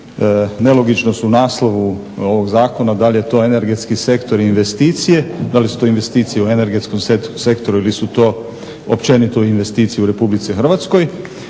nelogičnost u naslovu ovog zakona, da li je to energetski sektor i investicije, da li su to investicije u energetskom sektoru ili su to općenito investicije u Republici Hrvatskoj